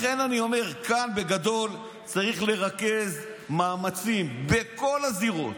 לכן אני אומר כאן: בגדול צריך לרכז מאמצים בכל הזירות,